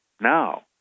Now